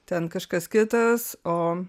ten kažkas kitas o